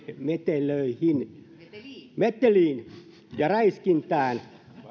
metelöihin meteliin ja räiskintään